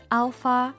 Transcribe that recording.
alpha